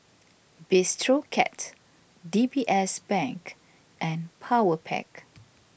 Bistro Cat D B S Bank and Powerpac